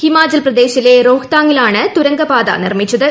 ഹിമാചൽ പ്രദേശിലെ റോഹ്തങ്ങിലാണ് തുരങ്കപാത നിർമ്മിച്ചത്